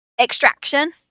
Extraction